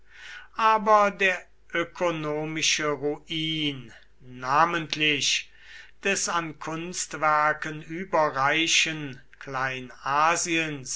aber der ökonomische ruin namentlich des an kunstwerken überreichen